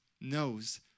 knows